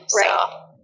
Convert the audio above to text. Right